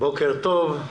בוקר טוב.